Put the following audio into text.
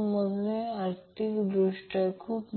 समजा हा Van आहे हा Vbn